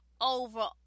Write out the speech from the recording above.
over